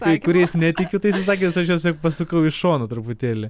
tai kuriais netikiu tiesą sakant aš juos tiesiog pasukau į šoną truputėlį